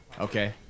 Okay